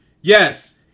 Yes